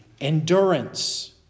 endurance